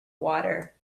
water